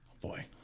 Boy